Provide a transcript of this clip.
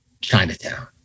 Chinatown